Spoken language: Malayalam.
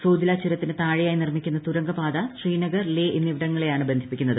സോജിലാ ചുരത്തിന് താഴെയായി നിർമ്മിക്കുന്ന തുരങ്ക പാത ശ്രീനഗർ ലേ എന്നിവിടങ്ങളെയാണ് ബന്ധിപ്പിക്കുന്നത്